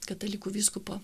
katalikų vyskupo